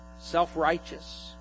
Self-righteous